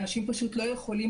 אנשים לא יכולים